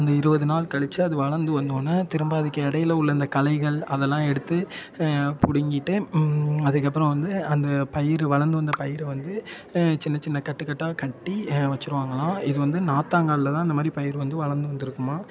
அந்த இருபது நாள் கழிச்சு அது வளர்ந்து வந்தோடனே திரும்ப அதுக்கு இடையில உள்ள இந்த களைகள் அதெல்லாம் எடுத்து பிடிங்கிட்டு அதுக்கப்புறம் வந்து அந்த பயிர் வளந்து வந்த பயிரை வந்து சின்னச்சின்ன கட்டுக் கட்டாக கட்டி வெச்சிடுவாங்களாம் இது வந்து நாத்தாங்காலில் தான் இந்த மாதிரி பயிர் வந்து வளர்ந்து வந்திருக்குமாம்